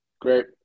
Great